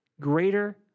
greater